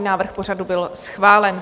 Návrh pořadu byl schválen.